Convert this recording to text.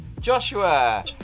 Joshua